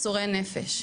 ייסורי נפש.